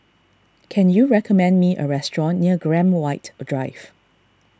can you recommend me a restaurant near Graham White Drive